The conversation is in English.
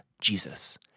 Jesus